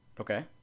Okay